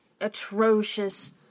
atrocious